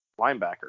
linebacker